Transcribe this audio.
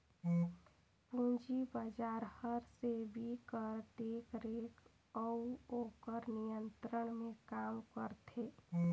पूंजी बजार हर सेबी कर देखरेख अउ ओकर नियंत्रन में काम करथे